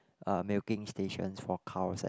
uh milking stations for cows and